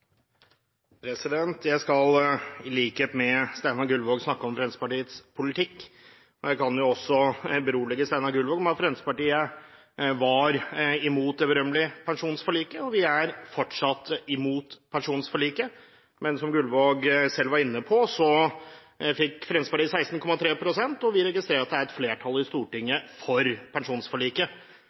Jeg skal i likhet med Steinar Gullvåg snakke om Fremskrittspartiets politikk. Jeg kan også berolige Steinar Gullvåg med at Fremskrittspartiet var imot det berømmelige pensjonsforliket, og vi er fortsatt imot det. Men som Gullvåg selv var inne på, fikk Fremskrittspartiet 16,3 pst., og vi registrerer at det er et flertall i Stortinget for pensjonsforliket.